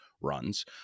runs